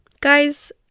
Guys